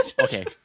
Okay